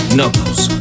Knuckles